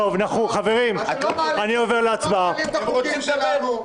אתם לא מעלים את החוקים שלנו.